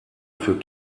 für